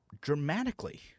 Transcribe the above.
dramatically